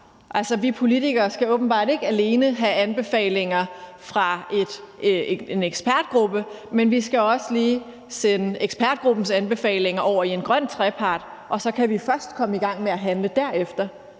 vi politikere skal åbenbart ikke alene have anbefalinger fra en ekspertgruppe, men vi skal også lige sende ekspertgruppens anbefalinger over i en grøn trepartsforhandling, og så kan vi først komme i gang med at handle derefter.